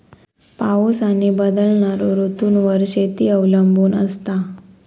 पाऊस आणि बदलणारो ऋतूंवर शेती अवलंबून असता